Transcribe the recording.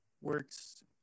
works